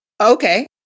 Okay